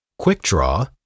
QuickDraw